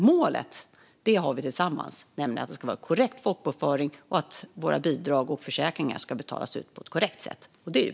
Målet har vi tillsammans. Det ska vara korrekt folkbokföring, och våra bidrag och försäkringar ska betalas ut på ett korrekt sätt. Det är bra.